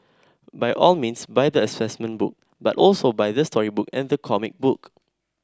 by all means buy the assessment book but also buy the storybook and the comic book